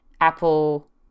Apple